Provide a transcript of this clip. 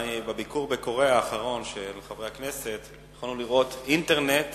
בביקור האחרון של חברי הכנסת בקוריאה יכולנו לראות אינטרנט